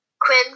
Quinn